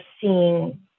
seeing